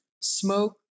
smoke